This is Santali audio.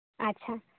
ᱟᱪᱪᱷᱟ